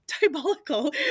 diabolical